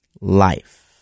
life